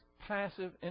passive